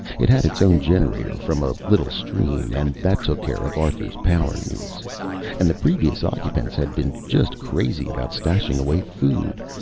it had its own generator from a little stream, and that took care of arthur's power needs and the previous occupants had been just crazy about stashing away food.